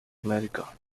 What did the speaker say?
america